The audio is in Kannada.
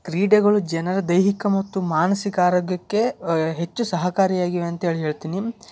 ಕ್ರೀಡೆಗಳು ಜನರ ದೈಹಿಕ ಮತ್ತು ಮಾನಸಿಕ ಆರೋಗ್ಯಕ್ಕೆ ಹೆಚ್ಚು ಸಹಕಾರಿ ಆಗಿವೆ ಅಂತ್ಹೇಳಿ ಹೇಳ್ತೀನಿ